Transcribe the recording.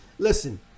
Listen